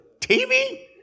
TV